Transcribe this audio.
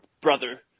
Brother